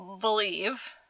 believe